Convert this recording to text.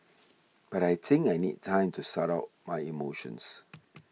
but I think I need time to sort out my emotions